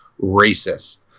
racist